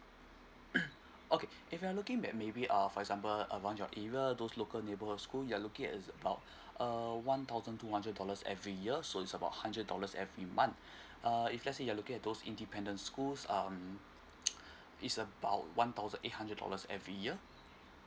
okay if you're looking may maybe err for example around your area those local neighbourhood school you're looking at about uh one thousand two hundred dollars every year so it's about hundred dollars every month uh if let's say you are looking at those independent schools um it's about one thousand eight hundred dollars every year